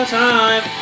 time